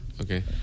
okay